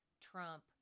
Trump